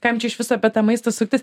kam išvis apie tą maistą suktis